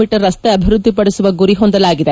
me ರಸ್ತೆ ಅಭಿವೃದ್ದಿಪಡಿಸುವ ಗುರಿ ಹೊಂದಲಾಗಿದೆ